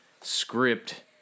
script